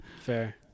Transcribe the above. Fair